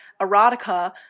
erotica